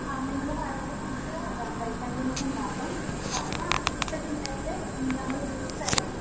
ആ നിങ്ങൾ വരുമ്പം നിങ്ങൾക്ക് വെൽക്കം ഡ്രിങ്ക്സുണ്ടാകും ഇപ്പോൾ പറയാണെങ്കിൽ സ്പെഷ്യലായിട്ട് നമ്മൾ ജ്യൂസ്സ് തരും